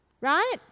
right